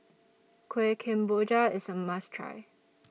Kueh Kemboja IS A must Try